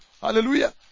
Hallelujah